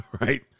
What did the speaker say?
Right